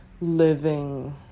living